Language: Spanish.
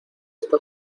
esta